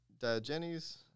Diogenes